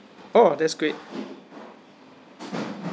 oh that's great